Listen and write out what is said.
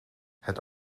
het